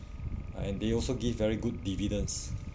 and they also give very good dividends